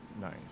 Nice